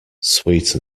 sweet